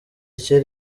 kera